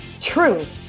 Truth